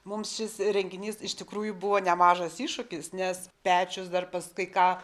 mums šis renginys iš tikrųjų buvo nemažas iššūkis nes pečius dar pas kai ką